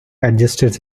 adjusted